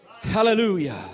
Hallelujah